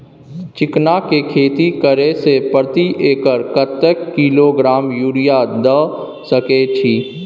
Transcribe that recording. चिकना के खेती करे से प्रति एकर कतेक किलोग्राम यूरिया द सके छी?